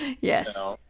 Yes